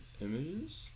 Images